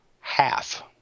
half